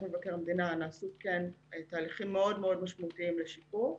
מבקר המדינה נעשו תהליכים משמעותיים מאוד לשיפור.